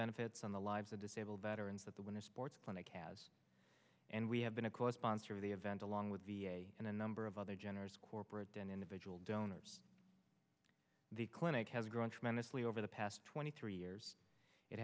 benefits on the lives of disabled veterans at the winter sports clinic has and we have been a co sponsor of the event along with a number of other generous corporate and individual donors the clinic has grown tremendously over the past twenty three years it